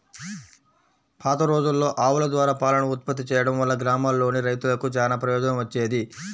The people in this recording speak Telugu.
పాతరోజుల్లో ఆవుల ద్వారా పాలను ఉత్పత్తి చేయడం వల్ల గ్రామాల్లోని రైతులకు చానా ప్రయోజనం వచ్చేది